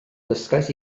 dysgais